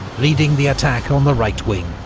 leading the attack on the right wing.